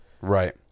Right